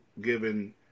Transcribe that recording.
given